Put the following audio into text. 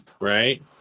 right